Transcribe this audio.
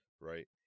Right